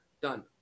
done